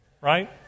Right